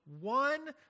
one